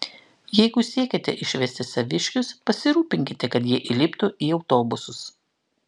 jeigu siekiate išvesti saviškius pasirūpinkite kad jie įliptų į autobusus